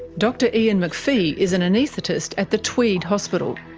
dr ian mcphee is an anaesthetist at the tweed hospital.